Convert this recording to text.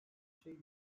şey